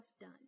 done